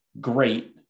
Great